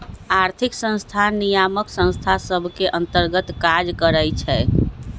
आर्थिक संस्थान नियामक संस्था सभ के अंतर्गत काज करइ छै